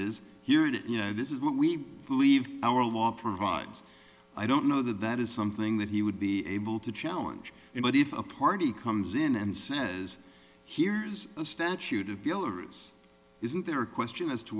is here it you know this is what we believe our law provides i don't know that that is something that he would be able to challenge him but if a party comes in and says here's a statute of belarus isn't there a question as to